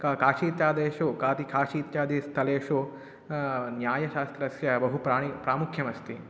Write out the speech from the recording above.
क् काशी इत्यादिषु कादि काशी इत्यादिस्थलेषु न्यायशास्त्रस्य बहु प्राणि प्रामुख्यमस्ति